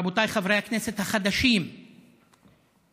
רבותיי חברי הכנסת החדשים, נהרגו,